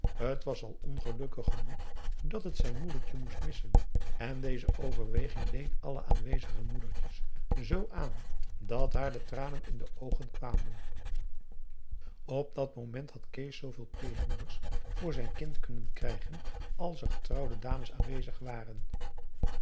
t was al ongelukkig genoeg dat het zijn moedertje moest missen en deze overweging deed alle aanwezige moedertjes zoo aan dat haar de tranen in de oogen kwamen op dat moment had kees zooveel pleegmoeders voor zijn kind kunnen krijgen als er getrouwde dames aanwezig waren